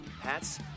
hats